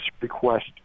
request